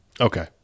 Okay